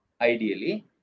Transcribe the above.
ideally